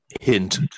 Hint